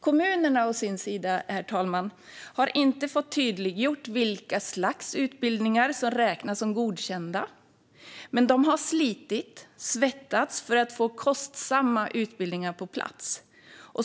Kommunerna å sin sida, herr talman, har inte fått tydliggjort vilka slags utbildningar som räknas som godkända, men de har slitit och svettats för att få kostsamma utbildningar på plats.